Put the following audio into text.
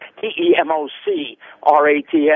T-E-M-O-C-R-A-T-S